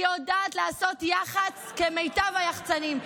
היא יודעת לעשות יח"צ כמיטב היח"צנים.